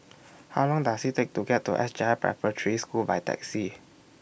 How Long Does IT Take to get to S J I Preparatory School By Taxi